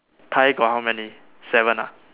pie got how many seven ah